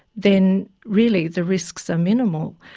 then really the risks are minimal.